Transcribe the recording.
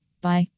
Bye